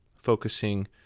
focusing